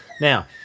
Now